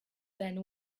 than